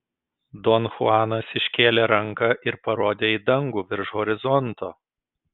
don chuanas iškėlė ranką ir parodė į dangų virš horizonto